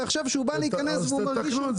ועכשיו כשהוא בא להיכנס והוא מרגיש שהוא סיים,